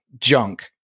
junk